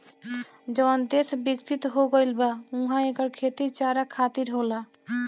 जवन देस बिकसित हो गईल बा उहा एकर खेती चारा खातिर होला